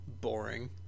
boring